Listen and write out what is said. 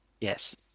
Yes